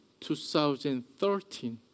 2013